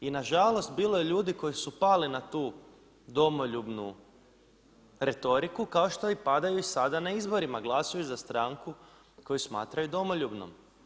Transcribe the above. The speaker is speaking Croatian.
I na žalost bilo je ljudi koji su pali na tu domoljubnu retoriku kao što i padaju sada na izborima glasuju za stranku koju smatraju domoljubnom.